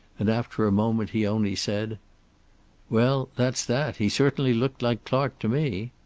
and after a moment he only said well, that's that. he certainly looked like clark to me.